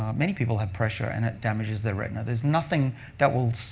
ah many people have pressure, and it damages their retina. there's nothing that will